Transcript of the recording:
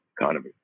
economy